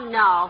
no